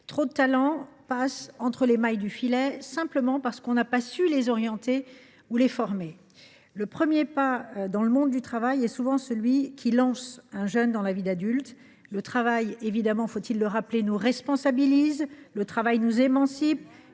Trop de talents passent entre les mailles du filet simplement parce que l’on n’a pas su les orienter ni les former. Le premier pas dans le monde du travail est souvent celui qui lance un jeune dans la vie d’adulte. Le travail – faut il le rappeler ?– nous responsabilise, nous émancipe